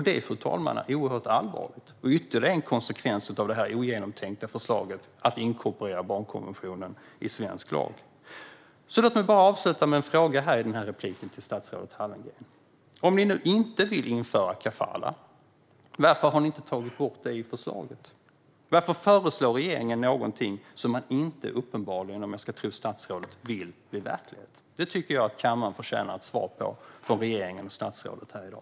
Det, fru talman, är oerhört allvarligt och ytterligare en konsekvens av detta ogenomtänkta förslag att inkorporera barnkonventionen i svensk lag. Låt mig avsluta med en fråga till statsrådet Hallengren. Om ni nu inte vill införa kafalah, varför har ni inte tagit bort det ur förslaget? Varför föreslår regeringen någonting som den, om man ska tro statsrådet, inte vill ska bli verklighet? Det tycker jag att kammaren förtjänar ett svar på från regeringen och statsrådet här i dag.